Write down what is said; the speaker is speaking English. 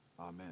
Amen